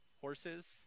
Horses